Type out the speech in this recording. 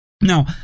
Now